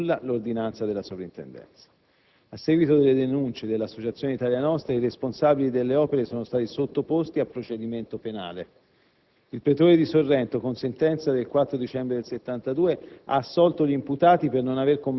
II del 12 giugno 1972, che ha dichiarato nulla l'ordinanza della Soprintendenza. A seguito delle denunce dell'associazione Italia Nostra, i responsabili delle opere sono stati sottoposti a procedimento penale.